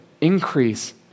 increase